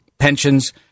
pensions